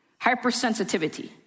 hypersensitivity